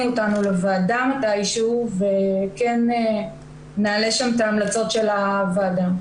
אותנו לוועדה מתי שהוא וכן נעלה שם את ההמלצות של הוועדה.